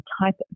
type